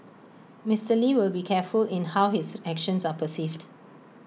Mister lee will be very careful in how his actions are perceived